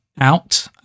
out